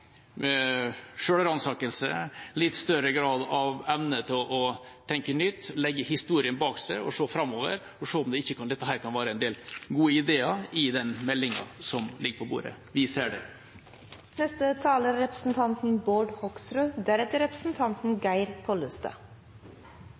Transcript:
savner bare litt større grad av selvransakelse, litt større grad av evne til å tenke nytt, det å kunne legge historien bak seg og se framover, for å se om det ikke kan være en god del ideer i den meldinga som ligger på bordet – vi ser det. Jeg tror jeg bare skal ta et par oppklaringer. Først til representanten